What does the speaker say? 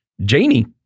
Janie